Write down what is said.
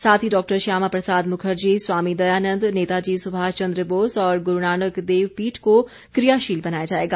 साथ ही डॉक्टर श्यामा प्रसाद मुखर्जी स्वामी दयानन्द नेताजी सुभाष चंद्र बोस और गुरूनानक देव पीठ को क्रियाशील बनाया जाएगा